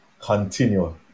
continue